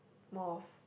more of